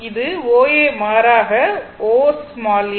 இது O A மாறாக O a